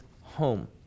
home